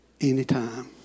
anytime